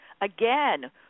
Again